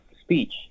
speech